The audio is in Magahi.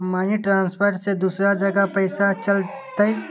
मनी ट्रांसफर से दूसरा जगह पईसा चलतई?